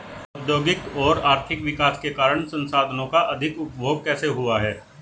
प्रौद्योगिक और आर्थिक विकास के कारण संसाधानों का अधिक उपभोग कैसे हुआ है?